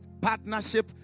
partnership